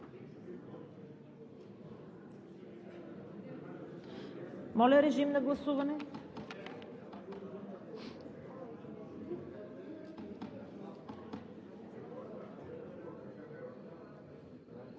Моля, режим на гласуване.